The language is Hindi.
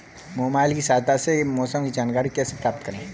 मोबाइल की सहायता से मौसम की जानकारी कैसे प्राप्त करें?